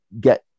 get